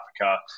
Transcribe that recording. africa